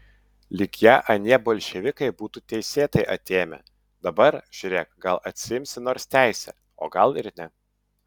lyg ją anie bolševikai būtų teisėtai atėmę dabar žiūrėk gal atsiimsi nors teisę o gal ir ne